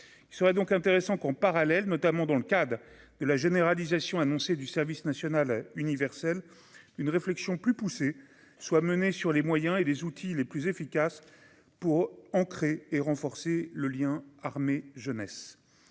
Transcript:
il serait donc intéressant qu'on parallèle notamment dans le cadre de la généralisation annoncée du service national universel, une réflexion plus poussée soit menée sur les moyens et les outils les plus efficaces pour en créer et renforcer le lien armée jeunesse